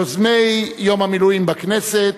יוזמי יום המילואים בכנסת,